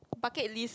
bucket list